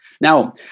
Now